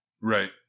Right